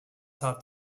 hat